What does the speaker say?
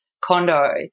condo